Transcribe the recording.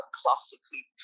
classically